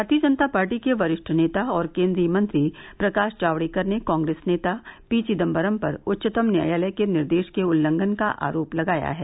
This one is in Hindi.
भारतीय जनता पार्टी के वरिष्ठ नेता और केन्द्रीय मंत्री प्रकाश जावड़ेकर ने कांग्रेस नेता पी चिदम्बरम पर उच्चतम न्यायालय के निर्देश के उल्लंघन का आरोप लगाया है